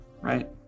right